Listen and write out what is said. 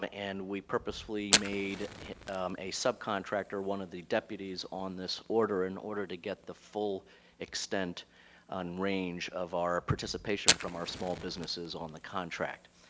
um and we purposely made a subcontractor one of the deputies on this order, in order to get the full extent on range of our participation from our small businesses on the contract.